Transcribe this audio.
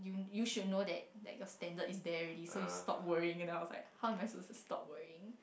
you should know that like your standard is there already so you stop worrying and I was like how am I supposed to stop worrying